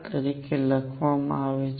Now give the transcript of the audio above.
તરીકે આપવામાં આવે છે